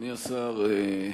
אדוני השר,